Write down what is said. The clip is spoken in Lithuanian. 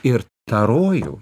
ir tą rojų